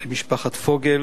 למשפחת פוגל